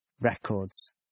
records